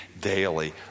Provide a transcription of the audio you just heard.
daily